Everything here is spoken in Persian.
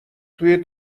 توی